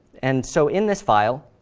and so in this file,